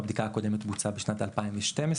הבדיקה הקודמת בוצעה בשנת 2012,